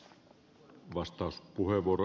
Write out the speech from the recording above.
arvoisa puhemies